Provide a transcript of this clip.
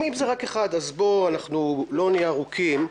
אם זה רק אחד אז בואו אנחנו לא נהיה ארוכים.